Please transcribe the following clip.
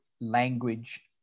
language